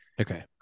Okay